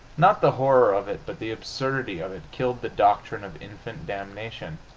not the horror of it but the absurdity of it killed the doctrine of infant damnation.